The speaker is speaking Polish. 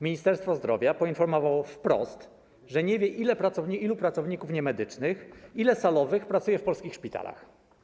Ministerstwo Zdrowia poinformowało wprost, że nie wie, ilu pracowników niemedycznych, ile salowych pracuje w polskich szpitalach.